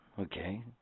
okay